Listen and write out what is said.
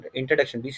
introduction